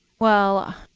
well,